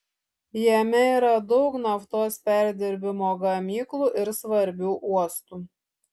jame yra daug naftos perdirbimo gamyklų ir svarbių uostų